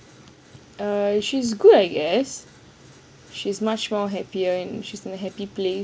err she is good I guess she's much more happier and she's in a happy place